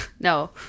no